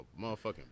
motherfucking